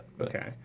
Okay